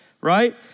right